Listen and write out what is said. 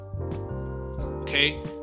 Okay